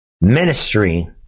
ministry